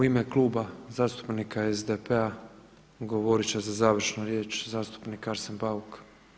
U ime Kluba zastupnika SDP-a govorit će za završnu riječ zastupnik Arsen Bauk.